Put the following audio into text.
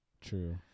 True